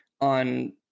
on